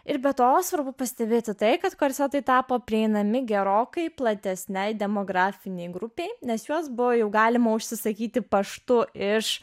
ir be to svarbu pastebėti tai kad korsetai tapo prieinami gerokai platesnei demografinei grupei nes juos buvo jau galima užsisakyti paštu iš